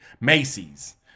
Macy's